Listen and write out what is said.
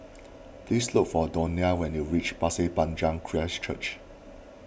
please look for Donia when you reach Pasir Panjang Christ Church